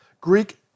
Greek